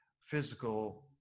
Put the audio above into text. physical